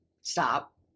stop